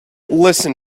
listen